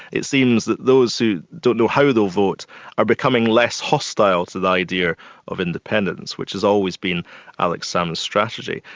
it seems that those who don't know how they'll vote are becoming less hostile to the idea of independence, which has always been alex salmond's strategy.